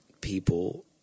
people